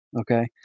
Okay